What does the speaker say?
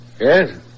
Yes